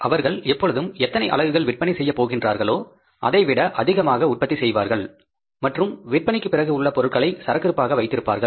அவர்கள் எப்பொழுதும் எத்தனை அலகுகள் விற்பனை செய்யப் போகிறார்களோ அதைவிட அதிகமாக உற்பத்தி செய்வார்கள் மற்றும் சேல்ஸ் க்குப் பிறகு உள்ள பொருட்களை சரக்கு இருப்பாக வைத்திருப்பார்கள்